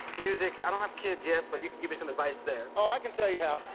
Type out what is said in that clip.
music i don't have kids yet, but you could give me some advice there. oh, i can tell you how.